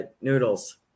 noodles